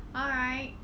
alright